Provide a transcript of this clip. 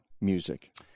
music